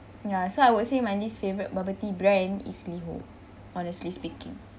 ya so I would say my least favourite bubble tea brand is liho honestly speaking